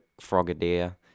frogadier